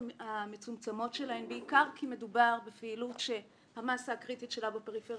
המצומצמות שלהן בעיקר כי מדובר בפעילות שהמסה הקריטית שלה היא בפריפריה